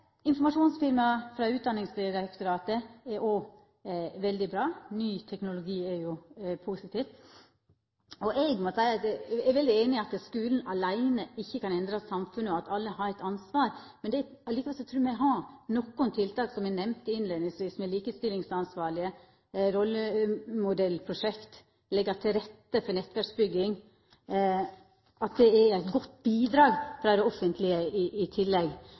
Informasjonsfilmar frå Utdanningsdirektoratet er òg veldig bra. Ny teknologi er positivt. Eg er veldig einig i at skulen åleine ikkje kan endra samfunnet, og at alle har eit ansvar. Likevel trur eg me må ha nokre tiltak – som eg nemnde innleiingsvis – likestillingsansvarlege, rollemodellprosjekt, leggja til rette for nettverksbygging, sjå til at det er eit godt bidrag frå det offentlege, i tillegg